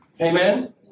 Amen